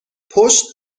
پشت